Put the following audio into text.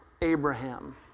Abraham